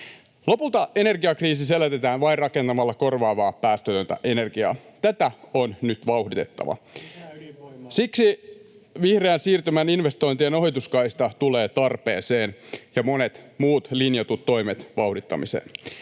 Lopulta energiakriisi selätetään vain rakentamalla korvaavaa, päästötöntä energiaa. Tätä on nyt vauhditettava. [Oikealta: Lisää ydinvoimaa!] Siksi vihreän siirtymän investointien ohituskaista tulee tarpeeseen ja monet muut linjatut toimet vauhdittamiseen.